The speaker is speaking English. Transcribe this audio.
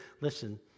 listen